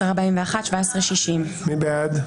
16,741 עד 16,760. מי בעד?